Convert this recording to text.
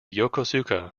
yokosuka